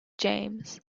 james